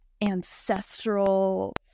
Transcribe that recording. ancestral